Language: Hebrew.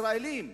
ישראלים,